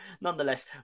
nonetheless